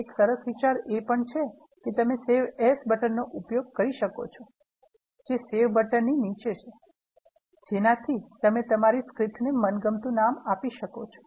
એક સરસ વિચાર એ પણ છે કે તમે save as બટન નો ઉપયોગ કરી શકો છો જે save બટન ની નીચે છે જેનાથી તમે તમારી સ્ક્રિપ્ટ ને મનગમતુ નામ આપી શકો છો